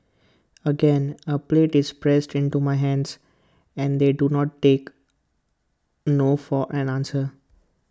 again A plate is pressed into my hands and they do not take no for an answer